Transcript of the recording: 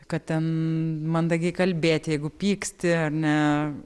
kad ten mandagiai kalbėti jeigu pyksti ar ne